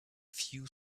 few